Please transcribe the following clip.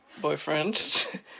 boyfriend